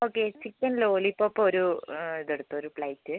okay chicken lollipop ഒരു ഇത് എടുത്തോ ഒരു പ്ലേറ്റ്